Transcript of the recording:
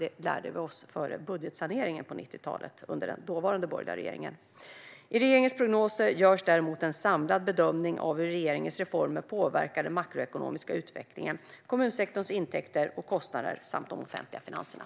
Det lärde vi oss före budgetsaneringen på 90-talet under den dåvarande borgerliga regeringen. I regeringens prognoser görs däremot en samlad bedömning av hur regeringens reformer påverkar den makroekonomiska utvecklingen, kommunsektorns intäkter och kostnader samt de offentliga finanserna.